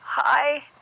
Hi